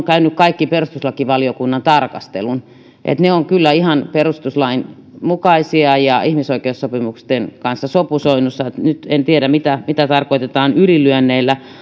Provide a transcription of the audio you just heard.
käyneet kaikki perustuslakivaliokunnan tarkastelun ne ovat kyllä ihan perustuslain mukaisia ja ihmisoikeussopimusten kanssa sopusoinnussa eli nyt en tiedä mitä mitä tarkoitetaan ylilyönneillä